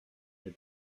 des